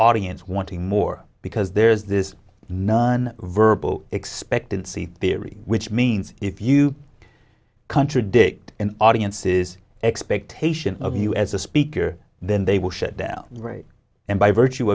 audience wanting more because there's this non verbal expectancy theory which means if you contradict an audience is expectation of you as a speaker then they will shut down right and by virtue